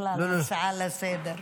ובכלל להצעה לסדר-היום.